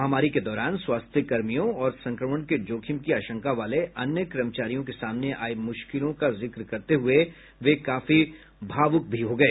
महामारी के दौरान स्वास्थ्यकर्मियों और संक्रमण के जोखिम की आशंका वाले अन्य कर्मचारियों के सामने आई मुश्किलों का जिक्र करते हुए वे काफी भावुक भी हो गए